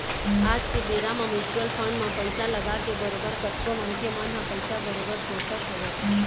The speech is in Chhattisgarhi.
आज के बेरा म म्युचुअल फंड म पइसा लगाके बरोबर कतको मनखे मन ह पइसा बरोबर सोटत हवय